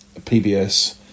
PBS